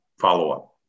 follow-up